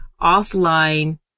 offline